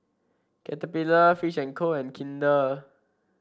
Caterpillar Fish And Co and Kinder